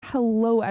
Hello